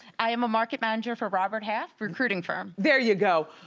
i am a market manager for robert half recruiting firm. there you go.